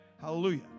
hallelujah